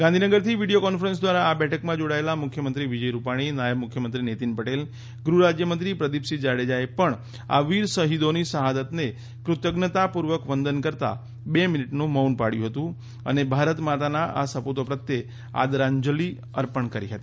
ગાંધીનગરથી video conference દ્વારા આ બેઠકમાં જોડાયેલા મુખ્યમંત્રી વિજય રૂપાણી નાયબ મુખ્યમંત્રી નીતિન પટેલ ગૃહ રાજ્યમંત્રી પ્રદીપસિંહ જાડેજાએ પણ આ વીર શહિદોની શહાદતને કૃતજ્ઞતાપૂર્વક વંદન કરતાં બે મિનીટનું મૌન પાબ્યું હતું અને ભારત માતાના આ સપૂતો પ્રત્યે આદરાંજલિ અર્પણ કરી હતી